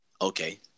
Okay